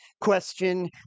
question